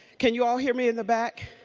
can you all hear me in the back?